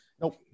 Nope